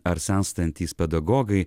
ar senstantys pedagogai